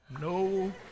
no